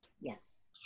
yes